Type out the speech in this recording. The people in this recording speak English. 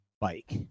bike